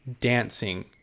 dancing